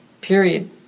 period